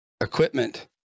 equipment